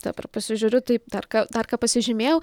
dabar pasižiūriu taip dar ką dar ką pasižymėjau